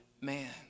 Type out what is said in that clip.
man